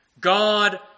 God